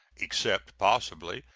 except, possibly,